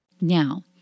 Now